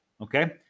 Okay